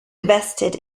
vested